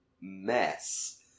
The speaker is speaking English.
mess